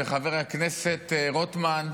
וחבר הכנסת רוטמן,